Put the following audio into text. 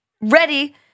ready